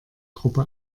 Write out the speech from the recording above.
gruppe